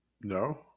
no